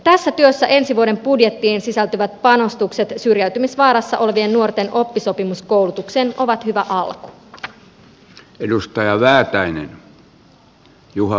tässä työssä ensi vuoden budjettiin sisältyvät panostukset syrjäytymisvaarassa olevien nuorten oppisopimuskoulutukseen ovat hyvä alku